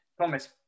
Thomas